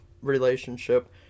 relationship